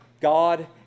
God